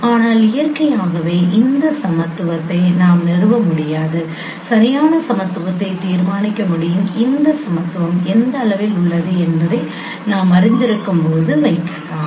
ஆனால் இயற்கையாகவே இந்த சமத்துவத்தை நாம் நிறுவ முடியாது சரியான சமத்துவத்தை தீர்மானிக்க முடியும் இந்த சமத்துவம் எந்த அளவில் உள்ளது என்பதை நாம் அறிந்திருக்கும்போது வைக்கலாம்